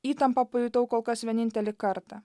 įtampą pajutau kol kas vienintelį kartą